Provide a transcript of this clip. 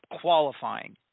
qualifying